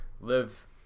live